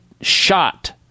shot